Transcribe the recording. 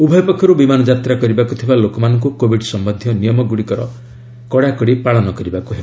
ଉଭୟ ପକ୍ଷରୁ ବିମାନ ଯାତ୍ରା କରିବାକୁ ଥିବା ଲୋକମାନଙ୍କୁ କୋବିଡ୍ ସମ୍ଭନ୍ଧୀୟ ନିୟମଗୁଡ଼ିକର ପାଳନ କରିବାକୁ ହେବ